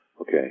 Okay